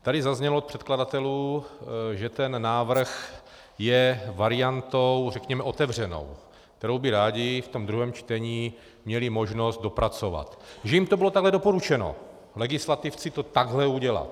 Tady zaznělo od předkladatelů, že ten návrh je variantou řekněme otevřenou, kterou by rádi ve druhém čtení měli možnost dopracovat, že jim bylo doporučeno legislativci to takhle udělat.